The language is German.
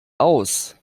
aus